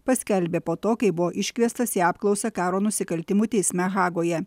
paskelbė po to kai buvo iškviestas į apklausą karo nusikaltimų teisme hagoje